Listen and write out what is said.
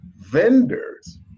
vendors